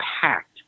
packed